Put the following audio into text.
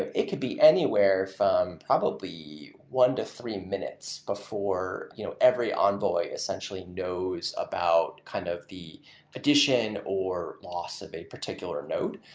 it could be anywhere from probably one to three minutes before you know every envoy essentially knows about kind of the addition, or loss of a particular node.